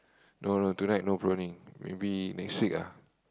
no no tonight no prawning maybe next week ah